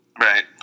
Right